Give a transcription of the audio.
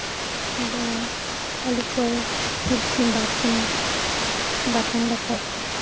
ᱡᱮᱢᱚᱱ ᱟᱹᱞᱩ ᱠᱚᱭ ᱢᱤᱫ ᱠᱷᱚᱱ ᱵᱟᱨ ᱴᱷᱚᱝ ᱵᱟᱛᱟᱱ ᱞᱮᱠᱷᱟᱡ